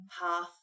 path